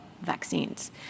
vaccines